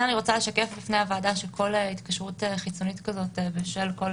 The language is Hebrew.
אני רוצה לשקף בפני הוועדה שכל התקשרות חיצונית כזו בשל כל